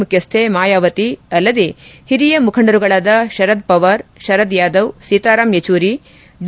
ಮುಖ್ಯಸ್ನೆ ಮಾಯಾವತಿ ಅಲ್ಲದೆ ಹಿರಿಯ ಮುಖಂಡರುಗಳಾದ ಶರದ್ ಪವಾರ್ ಶರದ್ ಯಾದವ್ ಸೀತಾರಾಮ್ ಯೆಚೂರಿ ಡಿ